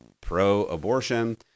pro-abortion